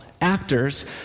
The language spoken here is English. actors